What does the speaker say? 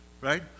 right